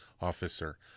officer